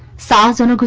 thousand